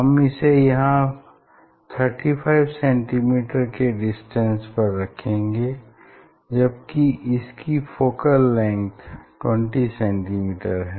हम इसे यहाँ 35 cm के डिस्टेंस पर रखेंगे जबकि इसकी फोकल लेंग्थ 20 cm है